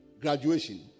graduation